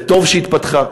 וטוב שהתפתחה,